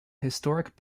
historic